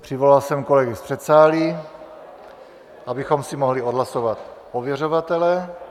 Přivolal jsem kolegy z předsálí, abychom si mohli odhlasovat ověřovatele.